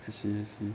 I see I see